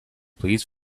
please